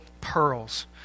pearls